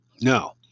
Now